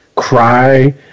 cry